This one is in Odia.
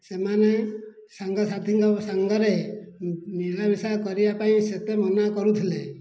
ସେମାନେ ସାଙ୍ଗସାଥୀଙ୍କ ସଙ୍ଗରେ ମିଳାମିଶା କରିବା ପାଇଁ ସେତେ ମନାକରୁଥିଲେ